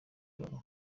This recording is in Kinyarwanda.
bawe